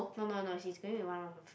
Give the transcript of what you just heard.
no no no she is going with one of her friend